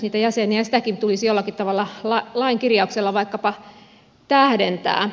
sitäkin tulisi jollakin tavalla lain kirjauksella vaikkapa tähdentää